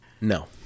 No